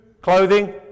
clothing